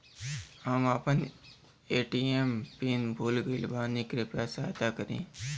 हम आपन ATM PIN भूल गईल बानी कृपया सहायता करी